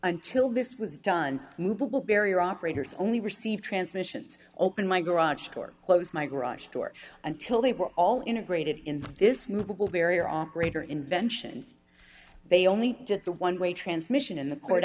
until this was done movable barrier operators only receive transmissions opened my garage door closed my garage door until they were all integrated into this movable barrier operator invention they only get the one way transmission and the court